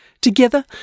Together